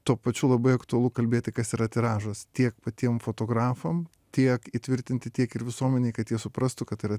tuo pačiu labai aktualu kalbėti kas yra tiražas tiek patiem fotografam tiek įtvirtinti tiek ir visuomenei kad jie suprastų kad tai yra